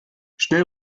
schnell